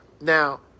Now